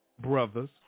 brothers